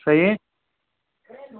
صحیح